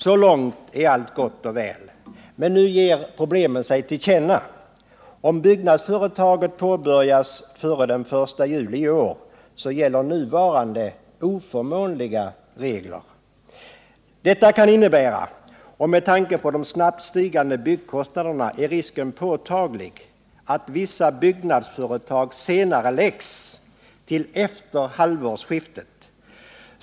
Så långt är allt gott och väl. Men nu ger problemen sig till känna. Om byggnadsföretaget påbörjas före den 1 juli i år gäller nuvarande oförmånliga regler. Detta kan innebära — med tanke på de snabbt stigande byggkostnaderna är risken för det påtaglig — att vissa byggnadsföretag senareläggs till efter halvårsskiftet.